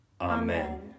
Amen